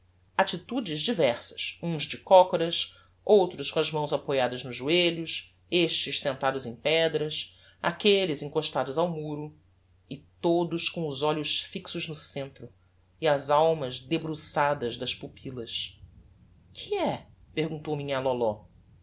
attitudes diversas uns de cócaras outros com as mãos apoiadas nos joelhos estes sentados em pedras aquelles encostados ao muro e todos com os olhos fixos no centro e as almas debruçadas das pupillas que é perguntou-me